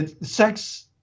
sex